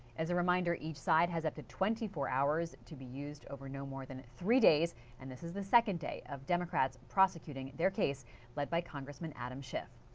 as a reminder each side has up to twenty four hours to be used over no more than three days and this is the second day of democrats prosecuting their case lead by prosecutor and adam schiff.